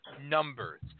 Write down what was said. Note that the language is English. numbers